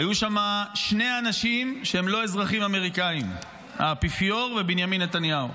היו שם שני אנשים שהם לא אזרחים אמריקאים: האפיפיור ובנימין נתניהו.